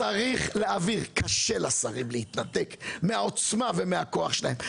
קשה לשרים להתנתק מהעוצמה ומהכוח שלהם,